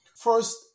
First